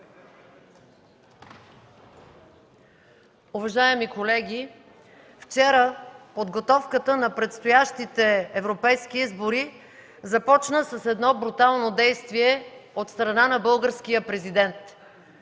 уважаеми колеги! Вчера започна подготовката на предстоящите европейски избори с брутално действие от страна на българския Президент.